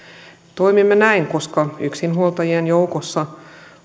toimimme näin koska yksinhuoltajien joukossa